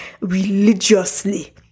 religiously